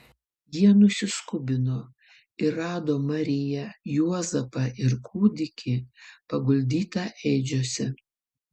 jie nusiskubino ir rado mariją juozapą ir kūdikį paguldytą ėdžiose